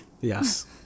Yes